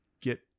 get